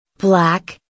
Black